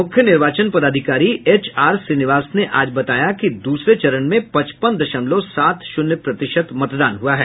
मुख्य निर्वाचन पदाधिकारी एचआर श्रीनिवास ने आज बताया कि दूसरे चरण में पचपन दशमलव सात शून्य प्रतिशत मतदान हुआ है